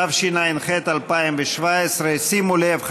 התשע"ח 2017. שימו לב,